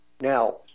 Now